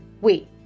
Wait